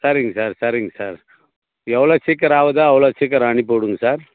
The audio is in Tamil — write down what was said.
சரிங்க சார் சரிங்க சார் எவ்வளோ சீக்கிரம் ஆகுதோ அவ்வளோ சீக்கிரம் அனுப்பிவிடுங்கள் சார்